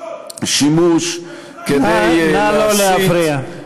שימוש כדי להסית, נא לא להפריע.